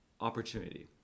opportunity